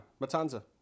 Matanza